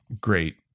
great